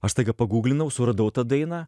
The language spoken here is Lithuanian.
aš staiga paguglinau suradau tą dainą